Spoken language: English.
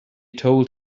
told